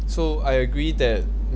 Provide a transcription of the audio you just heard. so I agree that